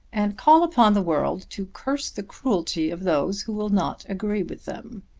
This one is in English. and call upon the world to curse the cruelty of those who will not agree with them.